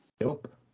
Nope